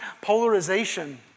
polarization